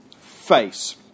face